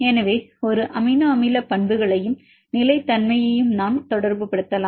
எனவே ஒரு அமினோ அமில பண்புகளையும் நிலைத்தன்மையையும் நாம் தொடர்புபடுத்தலாம்